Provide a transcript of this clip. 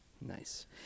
Nice